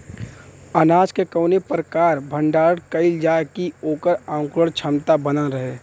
अनाज क कवने प्रकार भण्डारण कइल जाय कि वोकर अंकुरण क्षमता बनल रहे?